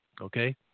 Okay